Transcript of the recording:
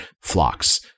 flocks